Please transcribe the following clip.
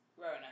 Rona